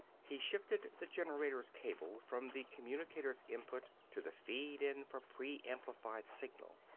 he shifted the generator's cable from the communicator's input to the feed-in for preamplified signal.